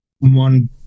one